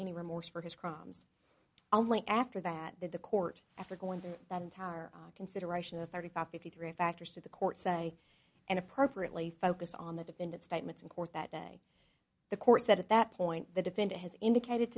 any remorse for his crimes only after that did the court after going through that entire consideration of thirty five fifty three factors to the court say and appropriately focus on the defendant's statements in court that day the court said at that point the defendant has indicated